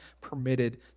permitted